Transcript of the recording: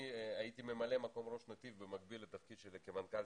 אני הייתי ממלא מקום ראש נתיב במקביל לתפקיד שלי כמנכ"ל